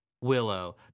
Willow